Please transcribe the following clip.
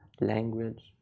language